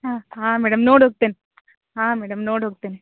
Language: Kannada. ಹಾಂ ಹಾಂ ಮೇಡಮ್ ನೋಡಿ ಹೋಗ್ತೇನ್ ಹಾಂ ಮೇಡಮ್ ನೋಡಿ ಹೋಗ್ತೇನೆ